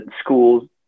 schools